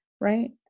right